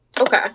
Okay